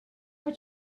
are